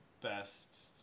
best